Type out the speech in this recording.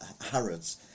Harrods